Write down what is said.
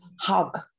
hug